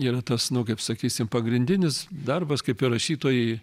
yra tas nu kaip sakysim pagrindinis darbas kaip ir rašytojai